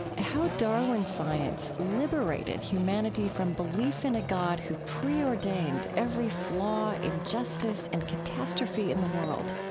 how darwin's science liberated humanity from belief in a god who preordained every flaw, injustice, and catastrophe in the world.